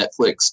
Netflix